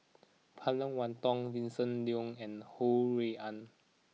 Phan Wait Hong Vincent Leow and Ho Rui An